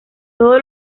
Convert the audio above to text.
todo